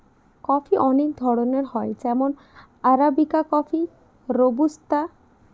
coffee অনেক ধরনের হয় যেমন আরাবিকা কফি, রোবুস্তা